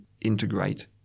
integrate